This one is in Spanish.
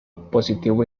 positivo